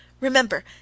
Remember